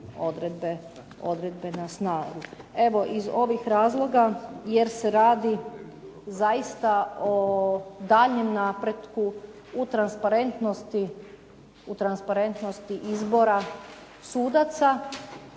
odredbe na snagu. Iz ovih razloga jer se radi zaista o daljnjem napretku u transparentnosti izbora sudaca